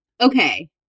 Okay